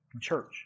Church